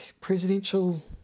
presidential